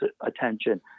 attention